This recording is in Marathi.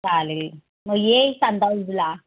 चालेल मग ये सांताक्रूझला